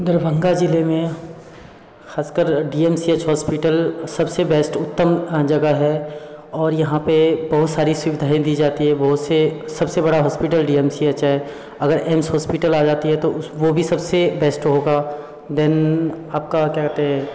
दरभंगा जिले में खासकर D M C H hospital सबसे बेस्ट उत्तम जगह है और यहाँ पे बहुत सारी सुविधाएँ दी जाती है बहुत से सबसे बड़ा डी एम सी एच है अगर एम्स आ जाती है तो उस वो भी सबसे बेस्ट होगा देन आपका क्या कहते